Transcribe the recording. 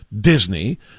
Disney